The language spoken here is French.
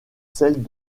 celles